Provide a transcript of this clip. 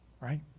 right